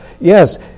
Yes